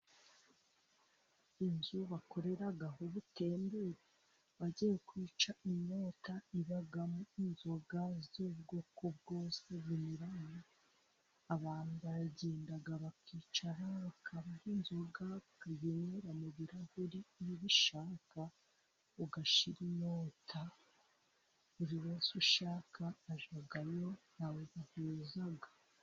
Inzu bakorera ho ubutembere bagiye kwica inyota, ibamo inzoga z'ubwoko bwose, binnyuraranye abantu baragendaga bakicara bakabahazoga bakayinra mu birarahuri ubishaka ugashira inyota buri munsishaka ajagabo nazakomezazaga